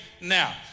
now